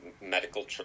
medical